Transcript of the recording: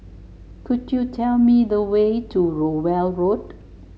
could you tell me the way to Rowell Road